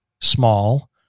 small